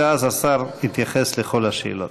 ואז השר יתייחס לכל השאלות.